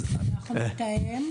אנחנו נתאם.